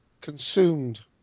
consumed